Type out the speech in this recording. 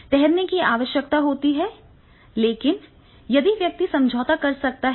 ठहरने की आवश्यकता होती है लेकिन यदि व्यक्ति समझौता कर सकता है